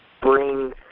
bring